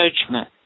judgment